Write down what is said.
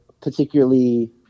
particularly